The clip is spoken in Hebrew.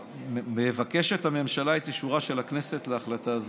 מבקשת הממשלה את אישורה של הכנסת להחלטה זו.